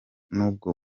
n’ubwo